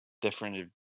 different